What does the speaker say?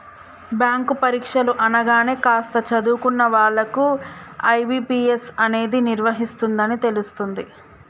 bank పరీక్షలు అనగానే కాస్త చదువుకున్న వాళ్ళకు ఐ.బీ.పీ.ఎస్ అనేది నిర్వహిస్తుందని తెలుస్తుంది